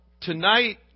tonight